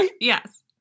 Yes